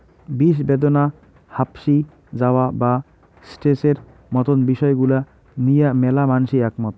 বিষব্যাদনা, হাপশি যাওয়া বা স্ট্রেসের মতন বিষয় গুলা নিয়া ম্যালা মানষি একমত